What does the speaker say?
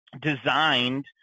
designed